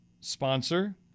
sponsor